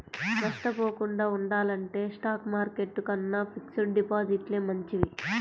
నష్టపోకుండా ఉండాలంటే stock market కన్నా ఫిక్స్డ్ డిపాజిట్లే మంచివి